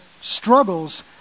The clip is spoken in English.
struggles